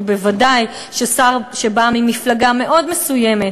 ובוודאי שר שבא ממפלגה מאוד מסוימת,